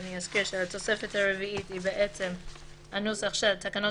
אני אזכיר שהתוספת הרביעית היא הנוסח של תקנות